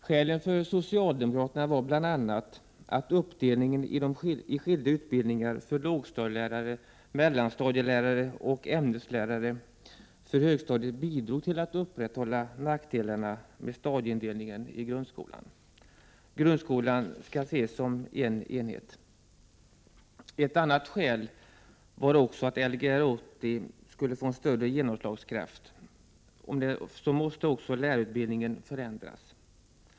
Skälen för socialdemokrater na var bl.a. att uppdelningen i skilda utbildningar för lågstadielärare, mellanstadielärare och ämneslärare för högstadiet bidrog till att bevara nackdelarna med stadieindelningen i grundskolan. Grundskolan skall ses som en enhet. Ett annat skäl var också att om Lgr 80 skulle få en större genomslagskraft måste också lärarutbildningen förändras.